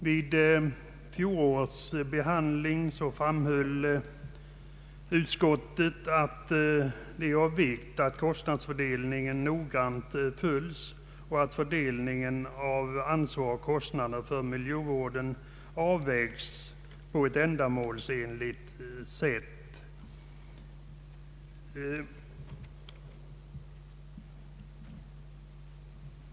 Vid fjolårets riksdagsbehandling framhöll utskottet att det var av vikt att kostnadsutvecklingen noggrant följdes och att fördelningen av ansvar och kostnader för miljövården avvägdes på ett ändamålsenligt sätt.